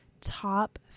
top